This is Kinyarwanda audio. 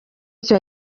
kiba